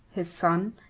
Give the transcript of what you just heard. his son,